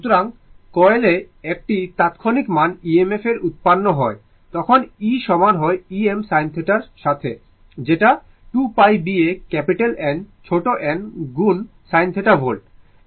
সুতরাং কয়েলে একটি তাৎক্ষণিক মান EMF এর উৎপন্ন হয় তখন e সমান হয় Em sin θ এর সাথে যেটা 2 π B A ক্যাপিটাল N ছোট n গুণ sin θ ভোল্ট